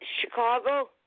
Chicago